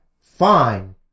fine